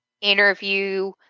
interview